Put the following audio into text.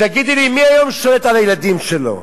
תגידי לי, מי היום שולט על הילדים שלו?